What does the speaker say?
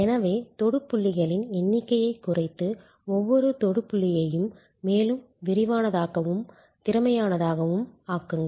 எனவே தொடு புள்ளிகளின் எண்ணிக்கையைக் குறைத்து ஒவ்வொரு தொடு புள்ளியையும் மேலும் விரிவானதாகவும் திறமையானதாகவும் ஆக்குங்கள்